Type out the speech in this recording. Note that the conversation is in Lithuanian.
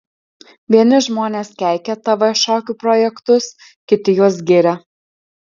vieni žmonės keikia tv šokių projektus kiti juos giria